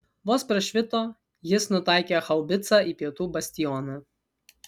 vos prašvito jis nutaikė haubicą į pietų bastioną